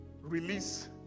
release